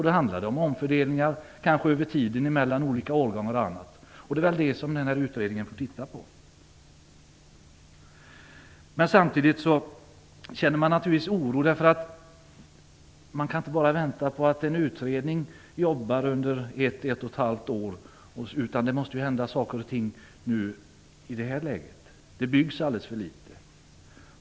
Då handlar det om omfördelningar, kanske mellan olika årgångar. Det är det utredningen får undersöka. Men man kan ju inte bara vänta på en utredning som arbetar under ett till ett och ett halvt år. Det måste ju hända saker nu. Det byggs alldeles för litet.